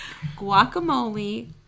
guacamole